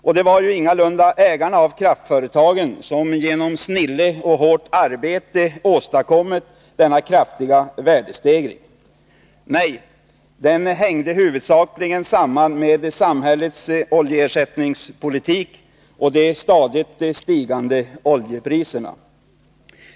Och det var ju ingalunda ägarna av kraftföretagen som genom snille och hårt arbete åstadkommit denna kraftiga värdestegring. Nej, den hängde huvudsakligen samman med samhällets oljeersättningspolitik och de stadigt stigande oljepriserna.